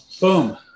Boom